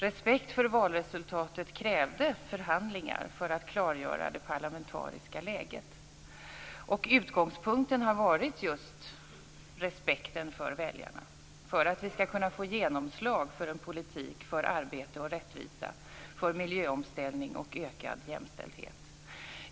Respekt för valresultatet krävde förhandlingar för klargörande av det parlamentariska läget. Utgångspunkten har varit just respekten för väljarna, att vi skall kunna få genomslag för en politik för arbete och rättvisa, för miljöomställning och ökad jämställdhet.